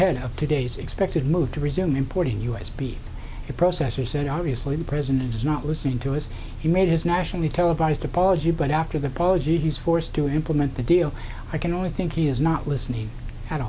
heard of today's expected move to resume importing u s b processors and obviously the president is not listening to us he made his nationally televised apology but after the policy he's forced to implement the deal i can only think he is not listening a